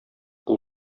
кул